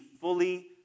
fully